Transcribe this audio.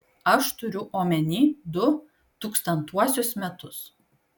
aš turiu omeny du tūkstantuosius metus